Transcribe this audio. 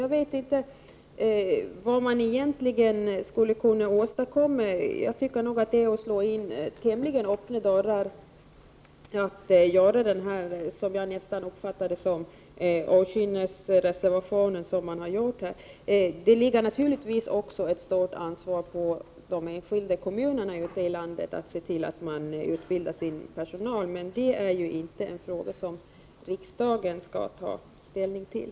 Jag vet inte vad man egentligen skulle kunna åstadkomma om arbetet bedrevs i andra former. Jag tycker nog, Ylva Annerstedt, att folkpartiet här slår in tämligen öppna dörrar. Jag tänker då på folkpartiets okynnesreservation i detta sammanhang. Men naturligtvis har de enskilda kommunerna ute i landet ett stort ansvar för att deras personal får den utbildning som behövs. Det är emellertid inte en fråga som riksdagen skall ta ställning till.